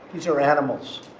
these are animals.